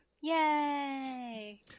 Yay